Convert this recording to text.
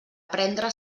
prendre